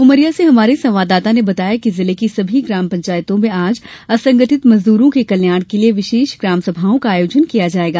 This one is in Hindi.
उमरिया से हमारे संवाददाता ने बताया है कि जिले की सभी ग्राम पंचायतों में आज असंगठित मजदूरों के कल्याण के लिए विशेष ग्राम सभाओं का आयोजन किया जायेगा